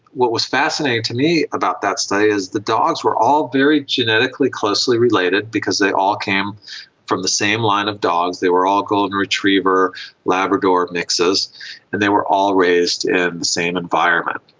what was fascinating to me about that study is the dogs were all very genetically closely related because they all came from the same line of dogs, they were all golden retriever labrador mixes, and they were all raised in the same environment,